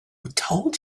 told